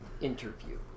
interview